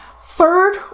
Third